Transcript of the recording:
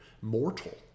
mortal